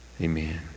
Amen